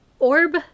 orb